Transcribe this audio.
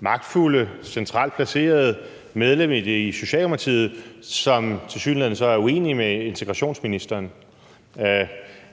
magtfulde, centralt placerede medlemmer i Socialdemokratiet, som tilsyneladende så er uenige med udlændinge- og integrationsministeren.